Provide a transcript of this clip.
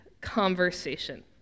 conversation